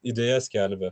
idėja skelbia